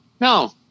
No